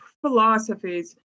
philosophies